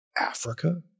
Africa